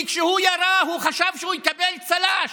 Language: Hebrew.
כי כשהוא ירה הוא חשב שהוא יקבל צל"ש.